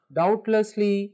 doubtlessly